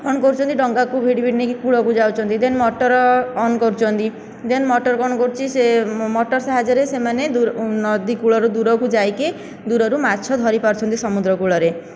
ଡଙ୍ଗାକୁ ଭିଡ଼ି ଭିଡ଼ି ନେଇ କୂଳକୁ ଯାଉଛନ୍ତି ଦେନ ମଟର ଅନ କରୁଛନ୍ତି ଦେନ ମଟର କ'ଣ କରୁଛି ସେ ମଟର ସାହାଯ୍ୟରେ ସେମାନେ ନଦୀକୂଳରୁ ଦୁରକୁ ଯାଇକି ଦୂରରୁ ମାଛ ଧରିପାରୁଛନ୍ତି ସମୁଦ୍ର କୂଳରେ